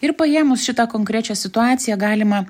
ir paėmus šitą konkrečią situaciją galima